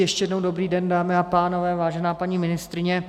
Ještě jednou dobrý den, dámy pánové, vážená paní ministryně.